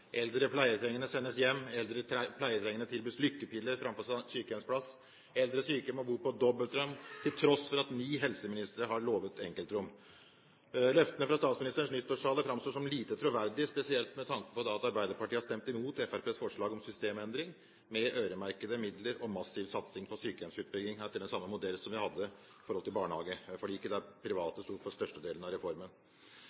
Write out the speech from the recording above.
Eldre pleietrengende sendes hjem, eldre pleietrengende tilbys lykkepiller framfor sykehjemsplass, eldre syke må bo på dobbeltrom til tross for at ni helseministre har lovt enkeltrom. Løftene fra statsministerens nyttårstale framstår som lite troverdige, spesielt med tanke på at Arbeiderpartiet har stemt mot Fremskrittspartiets forslag om systemendring med øremerkede midler og massiv satsing på sykehjemsutbygging etter samme modell som vi hadde i barnehageforliket, der private sto for størstedelen av reformen. Dersom svaret til statsministeren er verdighetsgarantien, har de